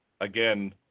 again